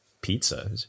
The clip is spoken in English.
pizza